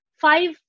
five